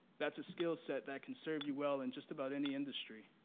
that's a skillset that can serve you well in just about any industry.